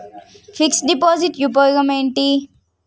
Fix డ్ deposit ఉపయోగం ఏంటి?